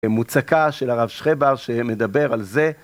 מוצקה של הרב שחבר שמדבר על זה.